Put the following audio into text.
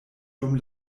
dum